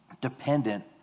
dependent